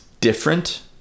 different